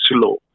slow